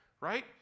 right